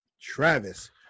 Travis